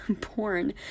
porn